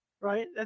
Right